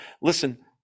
Listen